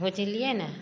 बुझलियै ने